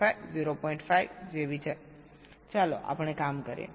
5 જેવી છે ચાલો આપણે કામ કરીએ